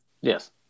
Yes